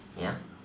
ya